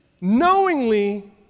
knowingly